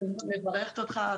אני מברכת אותך,